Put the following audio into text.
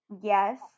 Yes